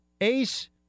Ace